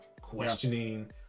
questioning